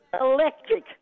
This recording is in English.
electric